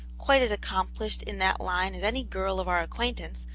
quite as accom plished in that line as any girl of our acquaintance,